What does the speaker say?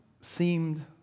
seemed